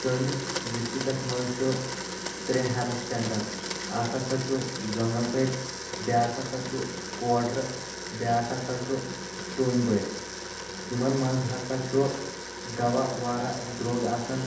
سٲنِس ڈِسٹکس منٛز چھُ ترٛےٚ ہٮ۪لٕتھ سینٹر اکھ ہسا چھُ زۄنٛگل پٔرۍ بیٛاکھ ہسا چھُ کوڈرٕ بیٛاکھ ہسا چھُ ٹوٗنٛگۍ پورِ یِمَن منٛز ہسا چھُ دوا واریاہ درٛوٚگ آسان